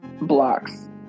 blocks